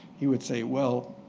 he would say, well,